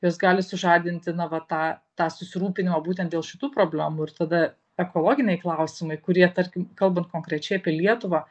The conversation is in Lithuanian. jos gali sužadinti na va tą tą susirūpinimą būtent dėl šitų problemų ir tada ekologiniai klausimai kurie tarkim kalbant konkrečiai apie lietuvą